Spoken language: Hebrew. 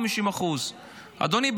50%. אדוני,